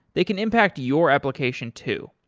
they can impact your application too.